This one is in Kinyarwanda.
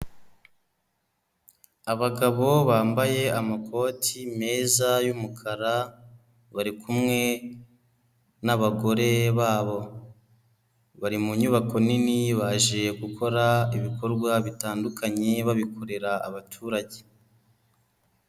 Abagabo bambaye amakoti meza y'umukara bari kumwe n'abagore babo, bari mu nyubako nini baje gukora ibikorwa bitandukanye babikorera abaturage.